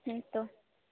ᱦᱮᱸ ᱛᱳ